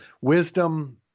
wisdom